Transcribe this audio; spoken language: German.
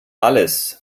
alles